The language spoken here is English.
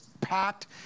packed